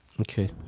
Okay